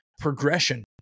progression